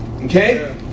Okay